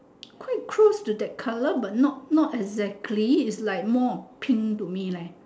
quite close to that colour but not not exactly it's like more pink to me leh